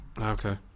Okay